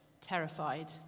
terrified